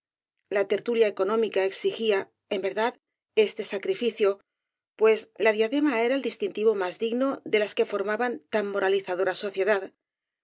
la tertulia económica exigía en verdad este sacrificio pues la diadema era el distintivo más digno de las que formaban tan moralizadora sociedad